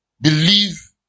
believe